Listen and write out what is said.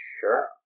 Sure